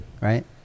right